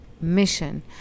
mission